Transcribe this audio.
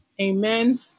Amen